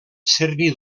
serví